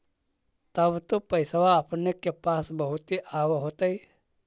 तब तो पैसबा अपने के पास बहुते आब होतय?